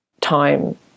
time